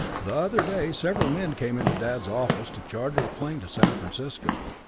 the other day several men came into dad's office, to charter a plane to san francisco,